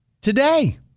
Today